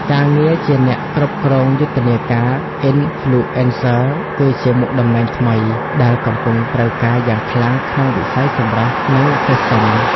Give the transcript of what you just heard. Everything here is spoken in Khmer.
ការងារជាអ្នកគ្រប់គ្រងយុទ្ធនាការអ៊ីនហ្វ្លូអិនស័រគឺជាមុខតំណែងថ្មីដែលកំពុងត្រូវការយ៉ាងខ្លាំងក្នុងវិស័យសម្រស់ និងហ្វេសិន។